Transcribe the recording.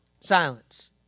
Silence